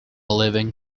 living